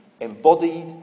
embodied